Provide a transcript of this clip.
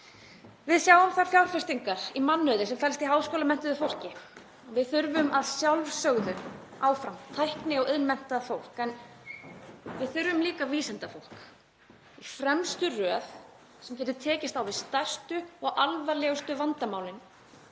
Við sjáum þær fjárfestingar í mannauði sem felst í háskólamenntuðu fólki. Við þurfum að sjálfsögðu áfram tækni- og iðnmenntað fólk en við þurfum líka vísindafólk í fremstu röð sem getur tekist á við stærstu og alvarlegustu vandamálin